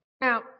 Now